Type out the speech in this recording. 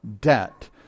debt